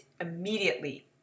immediately